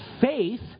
faith